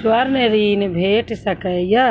स्वर्ण ऋण भेट सकै ये?